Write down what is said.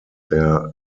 der